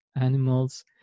animals